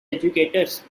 educators